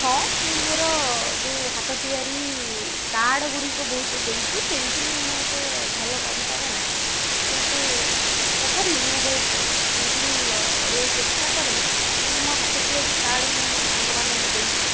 ହଁ ମୁଁ ମୋର ଯେଉଁ ହାତ ତିଆରି କାର୍ଡ଼ ଗୁଡ଼ିକ ବହୁତ ଦେଇଛି ପେଣ୍ଟିଙ୍ଗ ମୁଁ ଏତେ ଭଲ କରିପାରେ ନା କିନ୍ତୁ ତଥାପି ମୁଁ ବହୁତ ପେଣ୍ଟିଙ୍ଗ କରିବାକୁ ଚେଷ୍ଟା କରେ କିନ୍ତୁ ମୋ ହାତ ତିଆରି କାର୍ଡ଼ ମୁଁ ମୋ ସାଙ୍ଗମାନଙ୍କୁ ଦେଇଛି